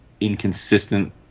inconsistent